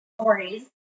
stories